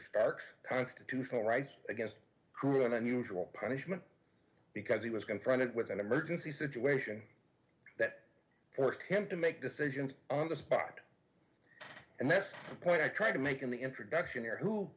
stark's constitutional rights against cruel and unusual punishment because he was confronted with an emergency situation that forced him to make decisions on the spot and that's what i tried to make in the introduction here who